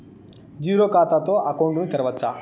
Zero ఖాతా తో account ను తెరవచ్చా?